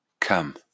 come